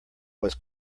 was